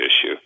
issue